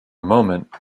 moment